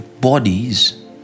bodies